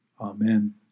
Amen